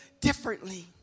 differently